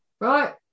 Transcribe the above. right